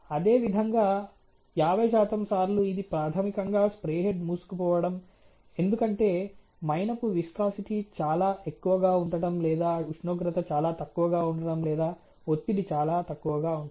అదేవిధంగా 50 శాతం సార్లు ఇది ప్రాథమికంగా స్ప్రే హెడ్ మూసుకుపోవడం ఎందుకంటే మైనపు విస్కాసిటీ చాలా ఎక్కువగా ఉండటం లేదా ఉష్ణోగ్రత చాలా తక్కువగా ఉండటం లేదా ఒత్తిడి చాలా తక్కువగా ఉంటుంది